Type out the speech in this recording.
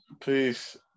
Peace